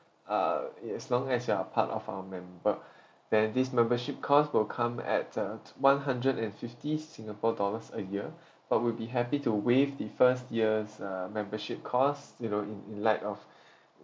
uh err as long as you are part of our member then this membership cost will come at uh one hundred and fifty singapore dollars a year but we'll be happy to waive the first year's uh membership cost you know in in light of